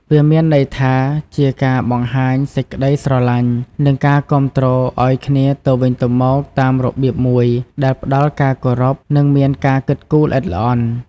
វាមានន័យថា ជាការបង្ហាញសេចក្ដីស្រឡាញ់ និងការគាំំទ្រឱ្យគ្នាទៅវិញទៅមកតាមរបៀបមួយដែលផ្ដល់ការគោរព និងមានការគិតគូរល្អិតល្អន់។